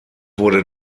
wurde